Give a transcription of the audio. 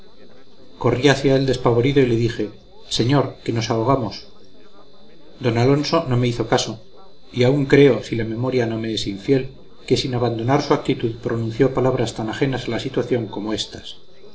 corrí hacia él despavorido y le dije señor que nos ahogamos d alonso no me hizo caso y aun creo si la memoria no me es infiel que sin abandonar su actitud pronunció palabras tan ajenas a la situación como éstas